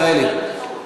חבר הכנסת אברהם מיכאלי,